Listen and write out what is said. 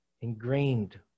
ingrained